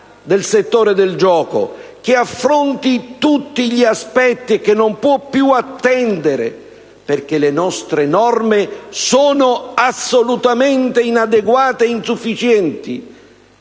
del settore del gioco, che affronti tutti gli aspetti, e che non può più attendere. Infatti, le nostre norme sono assolutamente inadeguate e insufficienti,